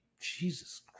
Jesus